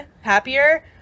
happier